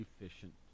efficient